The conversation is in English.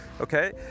okay